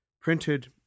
printed